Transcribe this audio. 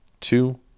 two